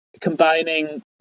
combining